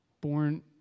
born